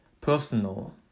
personal